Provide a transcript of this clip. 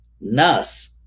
nas